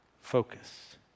Focus